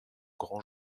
grand